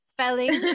Spelling